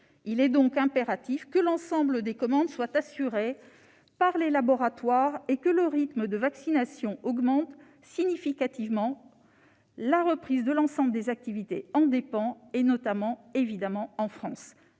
Il est donc impératif que l'ensemble des commandes soient assurées par les laboratoires et que le rythme de vaccination augmente significativement. La reprise de l'ensemble des activités en dépend, notamment en France.